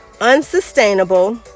unsustainable